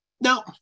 Now